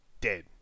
dead